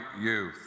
youth